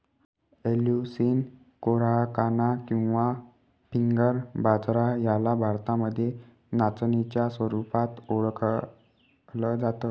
Eleusine coracana किंवा finger बाजरा याला भारतामध्ये नाचणीच्या स्वरूपात ओळखल जात